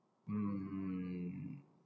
mm